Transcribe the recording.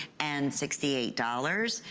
and sixty eight dollars,